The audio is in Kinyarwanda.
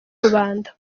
rubanda